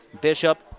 Bishop